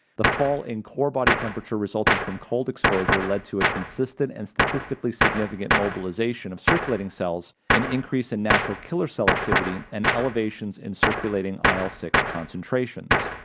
the fall in core body temperature resulting from cold exposure led to a consistent and statistically significant mobilization of circulating cells, an increase in natural killer selectivity, and elevations in circulating il six concentrations.